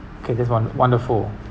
okay this is won~ wonderful